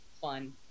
fun